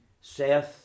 saith